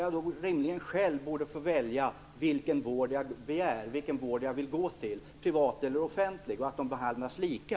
Jag borde själv rimligen få välja vilken vårdgivare jag vill gå till, privat eller offentlig, och de skall behandlas lika.